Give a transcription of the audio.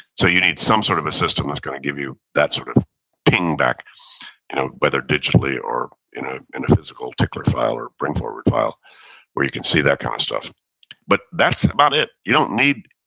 so you need some sort of a system that's going to give you that sort of ping back you know whether digitally or in ah in a physical tickler file or bring-forward file where you can see that kind of stuff but that's about it, you don't need,